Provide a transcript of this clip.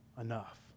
enough